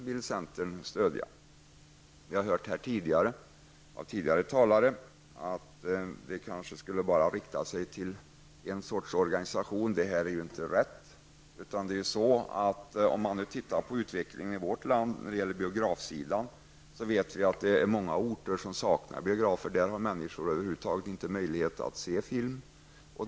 Vi har av tidigare talare hört att stödet kanske bara skulle rikta sig till ett slags organisation. Det är inte riktigt. Låt oss titta på utvecklingen i vårt land på biografsidan. Det är många orter som saknar biografer. Där har människor över huvud taget inte möjlighet att se film.